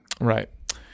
Right